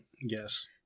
yes